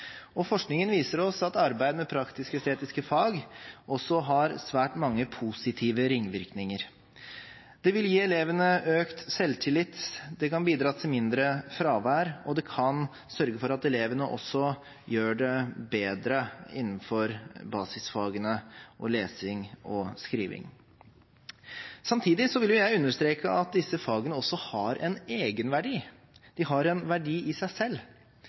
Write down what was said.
Forskningen viser oss at arbeid med praktisk-estetiske fag også har svært mange positive ringvirkninger. Det vil gi elevene økt selvtillit, det kan bidra til mindre fravær, og det kan sørge for at elevene også gjør det bedre innenfor basisfagene og lesing og skriving. Samtidig vil jeg understreke at disse fagene også har en egenverdi. De har en verdi i seg selv,